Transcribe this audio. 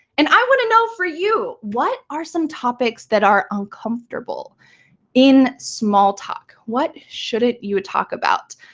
and i want to know for you, what are some topics that are uncomfortable in small talk? what shouldn't you talk about?